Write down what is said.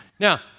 Now